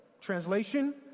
Translation